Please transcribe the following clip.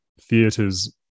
theaters